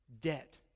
debt